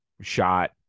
shot